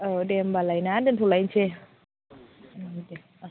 औ दे होमबालाय ना दोनथ'लायनोसै दे औ